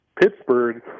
Pittsburgh